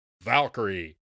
Valkyrie